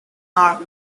are